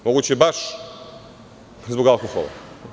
Moguće je da je baš zbog alkohola.